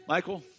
Michael